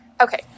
Okay